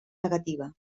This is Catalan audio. negativa